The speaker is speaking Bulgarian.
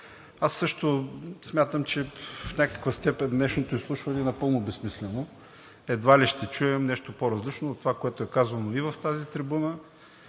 Аз също смятам, че в някаква степен днешното изслушване е напълно безсмислено. Едва ли ще чуем нещо по различно от това, което е казано и от тази трибуна,